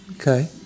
Okay